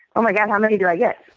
oh my god. how many do i get?